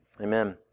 amen